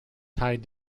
tied